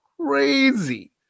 crazy